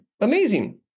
amazing